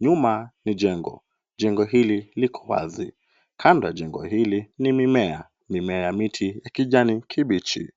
Nyuma ni jengo, jengo hili liko wazi. Kando ya jengo hili ni mimea, mimea ya miti ya kijani kibichi.